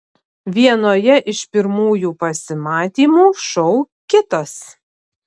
vienoje iš pirmųjų pasimatymų šou kitas